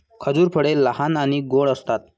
खजूर फळे लहान आणि गोड असतात